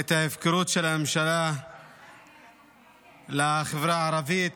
את ההפקרות של הממשלה כלפי החברה הערבית